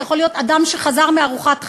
זה יכול להיות אדם שחזר מארוחת חג,